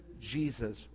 Jesus